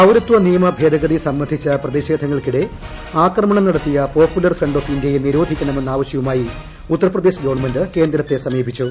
പൌരത്വ നിയമ ഭേദഗതി സ്റ്റ്ബെന്ധിച്ച പ്രതിഷേധങ്ങൾക്കിടെ ആക്രമണം നടത്തിയ പ്പോപ്പൂലർ ഫ്രണ്ട് ഓഫ് ഇന്ത്യയെ നിരോധിക്കണമെന്ന ആവശ്യവുമായി ഉത്തർപ്രദേശ് ഗവൺമെന്റ് കേന്ദ്രത്ത് സമീപിച്ചു